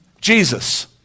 Jesus